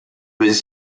was